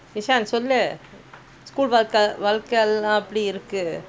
கிஷாந்த்சொல்லுஸ்கூல்ஒர்க்~ ஒர்க்கெல்லாம்எப்படிஇருக்கு:kishaanth sollu schoool workelle~ workellam epdi iruku